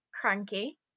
cranky